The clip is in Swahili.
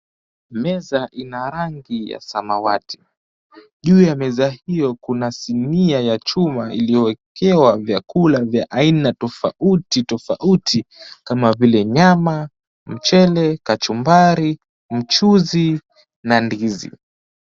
Meza ina rangi ya samawati. Juu ya meza hiyo kuna sinia ya chuma iliyowekewa vyakula vya aina tofauti tofauti kama vile, nyama, mchele, kachumbari, mchuzi na ndizi.